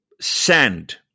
send